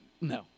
no